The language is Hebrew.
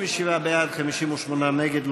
57 בעד, 58 נגד.